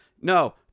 No